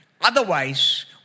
Otherwise